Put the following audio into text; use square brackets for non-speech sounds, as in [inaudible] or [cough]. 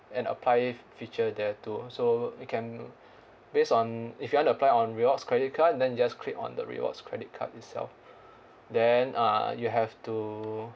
an apply feature there too so you can [breath] based on if you want to apply on rewards credit card then just click on the rewards credit card itself [breath] then uh you have to